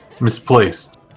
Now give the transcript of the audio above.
misplaced